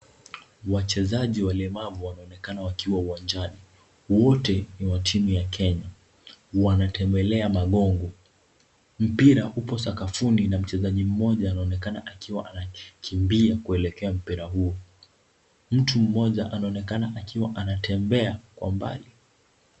Wachezaji walemavu wanaonekana wakiwa uwanjani. Wote ni wa timu ya Kenya. Wanatembelea magongo. Mpira upo sakafuni na mchezaji mmoja anaonekana akiwa anakimbia kuelekea mpira huo. Mtu mmoja anaonekana akiwa anatembea kwa mbali.